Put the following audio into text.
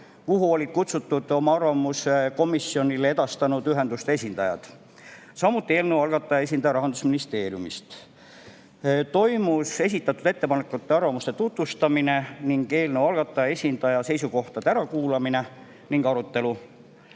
kuhu olid kutsutud oma arvamuse komisjonile edastanud ühenduste esindajad, samuti eelnõu algataja esindaja Rahandusministeeriumist. Toimus esitatud ettepanekute ja arvamuste tutvustamine, eelnõu algataja esindaja seisukohtade ärakuulamine ning arutelu.